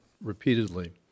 repeatedly